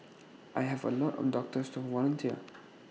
I have A lot of doctors who volunteer